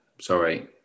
sorry